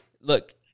Look